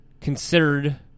Considered